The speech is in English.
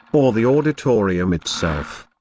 or the auditorium itself.